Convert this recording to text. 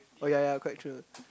oh ya ya quite true